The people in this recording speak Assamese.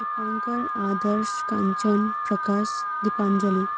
দীপাংকৰ আদৰ্শ কাঞ্চন প্ৰকাশ দীপাঞ্জলী